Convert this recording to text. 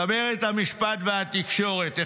בצמרת המשפט והתקשורת,